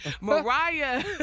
Mariah